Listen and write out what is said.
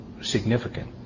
significant